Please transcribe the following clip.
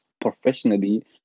professionally